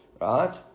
Right